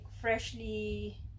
freshly